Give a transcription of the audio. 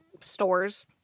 stores